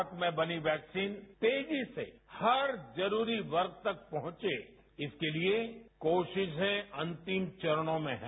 भारत में बनी वैक्सीन तेजी से हर जरूरी वर्ग तक पहुंचे इसके लिए कोशिशें अंतिम चरणों में हैं